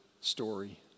story